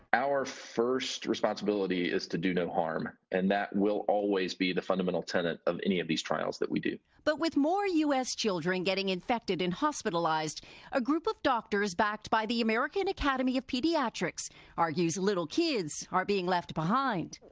our first responsibility is to do no harm and that will always be the fundamental tenet of any of these trials we do. reporter but with more u s. children getting infected and hospitalized a group of doctors backed by the american academy of pediatrics argues little kids are being left behind.